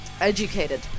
Educated